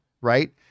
right